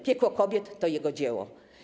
Piekło kobiet to jego dzieło.